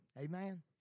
Amen